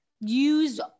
use